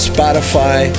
Spotify